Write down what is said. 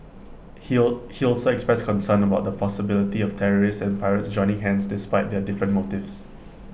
he he also expressed concern about the possibility of terrorists and pirates joining hands despite their different motives